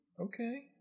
Okay